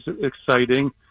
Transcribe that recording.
exciting